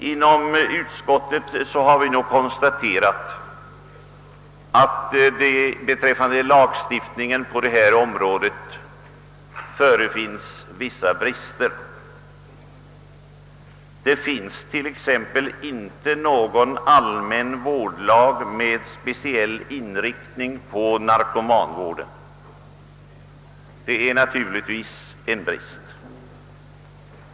Inom utskottet har vi nu konstaterat att det förefinnes vissa brister i lagstiftningen på detta område. Det finns t.ex. inte någon allmän vårdlag med speciell inriktning på narkomanvården. Detta är naturligtvis en brist.